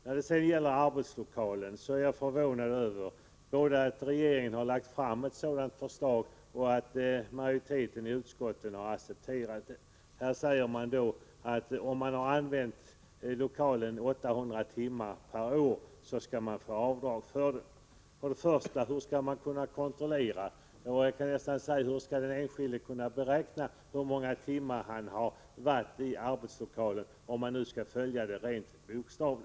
När det sedan gäller vad som föreslås beträffande arbetslokal är jag förvånad både över att regeringen lagt fram ett sådant förslag och över att majoriteten i utskottet har accepterat det. Utskottsmajoriteten säger att om lokalen har använts 800 timmar per år skall man få göra avdrag för den. För det första: Hur skall man kunna kontrollera — och hur skall den enskilde kunna beräkna, skulle jag nästan vilja fråga — hur många timmar han har varit i arbetslokalen, om man nu skall gå efter bokstaven?